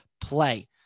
play